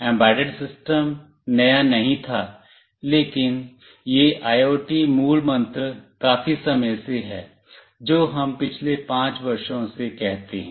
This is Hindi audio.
एंबेडेड सिस्टम नया नहीं था लेकिन यह आईओटी मूलमंत्र काफी समय से है जो हम पिछले 5 वर्षों से कहते हैं